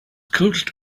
coached